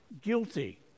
guilty